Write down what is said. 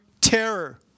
terror